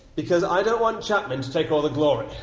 because i don't want chapman to take all the glory!